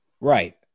right